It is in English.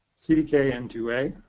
c d k and two a.